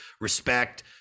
respect